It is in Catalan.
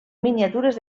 miniatures